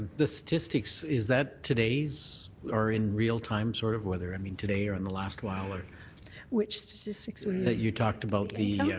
the statistics, is that today's or in real time sort of whether i mean today or in the last while? which statistics that you talked about the